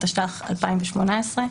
התשע"ח-2018,